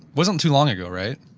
wasn't too long ago right?